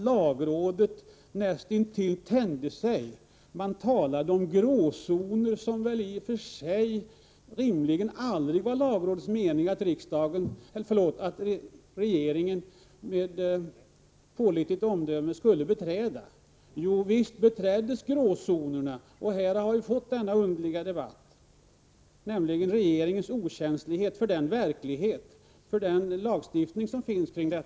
Lagrådet tänjde sig till näst intill bristningsgränsen och talade om gråzoner, som det väl rimligen aldrig var lagrådets mening att en regering med säkert omdöme skulle beträda. Men visst beträddes gråzonerna, och nu har vi fått denna underliga debatt om regeringens okänslighet för verkligheten och den lagstiftning som finns på området.